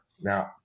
now